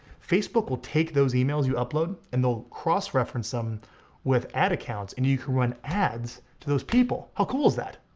facebook will take those emails you upload and they'll cross reference them with ad accounts and you can run ads to those people. how cool is that?